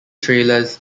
trailers